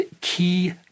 key